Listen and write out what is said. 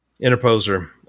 interposer